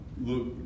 look